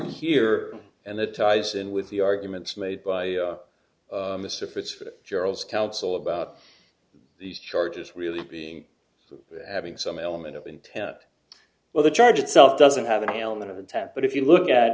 here and it ties in with the arguments made by mr fitz that gerald's counsel about these charges really being having some element of intent well the charge itself doesn't have an element of attack but if you look at